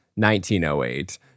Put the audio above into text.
1908